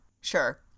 sure